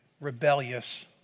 rebellious